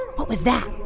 what was that?